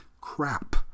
crap